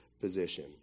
position